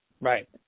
right